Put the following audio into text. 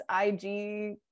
IG